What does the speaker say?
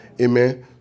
amen